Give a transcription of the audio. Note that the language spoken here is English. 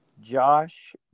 Josh